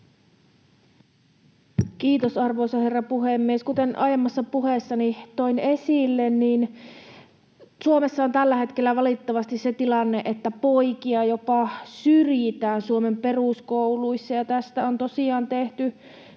Kiitos, arvoisa herra puhemies! Kuten aiemmassa puheessani toin esille, Suomessa on tällä hetkellä valitettavasti se tilanne, että poikia jopa syrjitään Suomen peruskouluissa. Ja tästä on tosiaan tehty